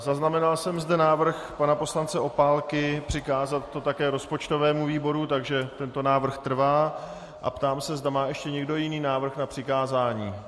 Zaznamenal jsem zde návrh pana poslance Opálky přikázat to také rozpočtovému výboru, takže tento návrh trvá, a ptám se, zda má někdo ještě jiný návrh na přikázání.